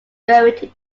buried